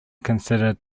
considered